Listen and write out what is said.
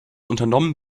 unternommen